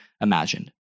imagined